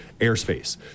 airspace